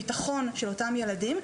לביטחון של אותם ילדים,